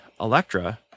Electra